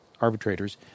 arbitrators